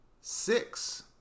Six